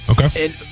Okay